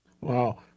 Wow